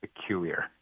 peculiar